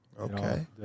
okay